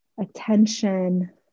attention